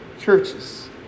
churches